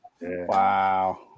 Wow